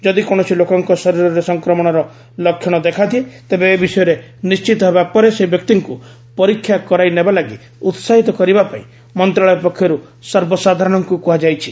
ଯଦି କୌଣସି ଲୋକଙ୍କ ଶରୀରରେ ସଂକ୍ରମଣର ଲକ୍ଷଣ ଦେଖାଦିଏ ତେବେ ଏ ବିଷୟରେ ନିର୍ଣ୍ଣିତ ହେବା ପରେ ସେହି ବ୍ୟକ୍ତିଙ୍କୁ ପରୀକ୍ଷା କରାଇ ନେବା ଲାଗି ଉତ୍ସାହିତ କରିବା ପାଇଁ ମନ୍ତ୍ରଣାଳୟ ପକ୍ଷରୁ ସର୍ବସାଧାରଣଙ୍କୁ କୁହାଯାଇଛି